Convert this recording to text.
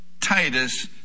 Titus